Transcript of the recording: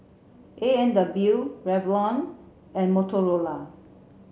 A and W Revlon and Motorola